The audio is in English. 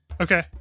Okay